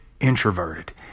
introverted